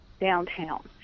downtown